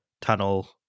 tunnel